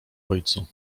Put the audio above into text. ojcu